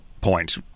point